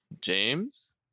James